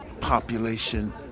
population